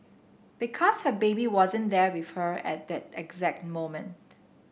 because her baby wasn't there with her at that exact moment